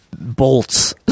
bolts